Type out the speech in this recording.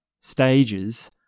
stages